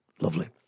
Lovely